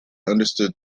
understood